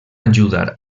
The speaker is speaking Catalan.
ajudar